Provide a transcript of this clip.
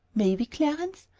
may we, clarence?